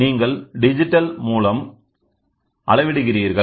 நீங்கள் டிஜிட்டல் மூலம் அளவிடுகிறீர்கள்